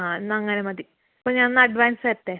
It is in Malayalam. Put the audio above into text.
ആ എന്നാൽ അങ്ങനെ മതി ഇപ്പോൾ ഞാൻ എന്നാൽ അഡ്വാൻസ് തരട്ടേ